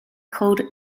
called